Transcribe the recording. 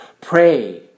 pray